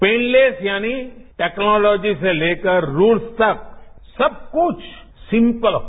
painless यानि technology से लेकरूल्स तक सबकुछ सिम्पल हो